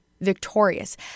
victorious